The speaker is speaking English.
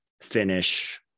finish